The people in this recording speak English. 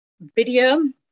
video